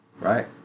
right